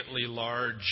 large